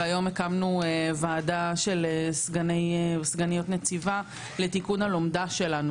והיום הקמנו ועדה של סגניות נציבה לתיקון הלומדה שלנו,